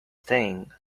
thing